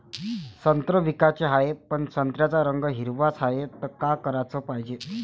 संत्रे विकाचे हाये, पन संत्र्याचा रंग हिरवाच हाये, त का कराच पायजे?